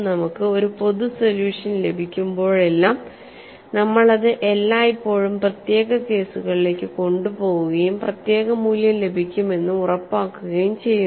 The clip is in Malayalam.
നമുക്ക് ഒരു പൊതു സൊല്യൂഷൻ ലഭിക്കുമ്പോഴെല്ലാം നമ്മൾ അത് എല്ലായ്പ്പോഴും പ്രത്യേക കേസുകളിലേക്ക് കൊണ്ടുപോകുകയും പ്രത്യേക മൂല്യം ലഭിക്കുമെന്ന് ഉറപ്പാക്കുകയും ചെയ്യുന്നു